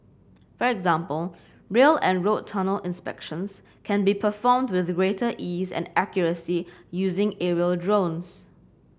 for example rail and road tunnel inspections can be performed with greater ease and accuracy using aerial drones